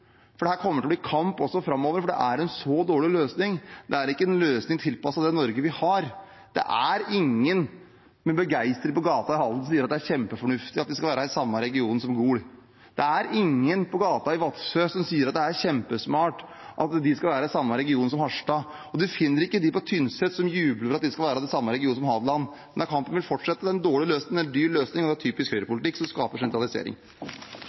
Det kommer til å bli kamp også framover, for det er en så dårlig løsning. Det er ikke en løsning tilpasset det Norge vi har. Det er ingen på gaten i Halden som med begeistring sier at det er kjempefornuftig at de skal være i samme region som Gol. Det er ingen på gaten i Vadsø som sier at det er kjempesmart at de skal være i samme region som Harstad, og en finner ikke dem på Tynset som jubler for at de skal være i samme region som Hadeland. Denne kampen vil fortsette. Det er en dårlig løsning, det er en dyr løsning, og det er typisk høyrepolitikk som skaper sentralisering.